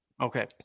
okay